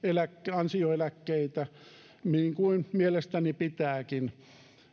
ansioeläkkeitä niin kuin mielestäni pitääkin